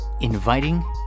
inviting